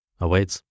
awaits